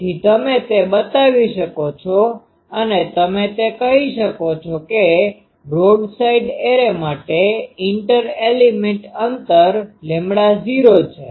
તેથી તમે તે બનાવી શકો છો અને તમે કહી શકો છો કે બ્રોડસાઇડ એરે માટે ઇન્ટર એલિમેન્ટ્સ અંતર λ૦ છે